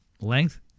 length